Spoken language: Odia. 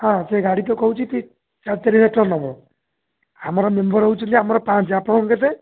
ହଁ ସେ ଗାଡ଼ି ତ କହୁଛି ତି ସାଢ଼େ ଚାରି ହଜାର ଟଙ୍କା ନବ ଆମର ମେମ୍ବର୍ ହଉଛନ୍ତି ଆମର ପାଞ୍ଚେ ଆପଣଙ୍କ କେତେ